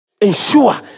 Ensure